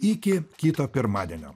iki kito pirmadienio